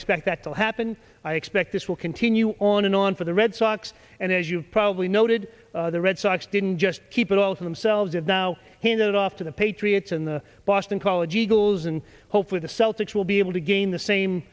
expect that to happen i expect this will continue on and on for the red sox and as you've probably noted the red sox didn't just keep it all to themselves and now handed off to the patriots in the boston college eagles and hope for the celtics will be able to gain the same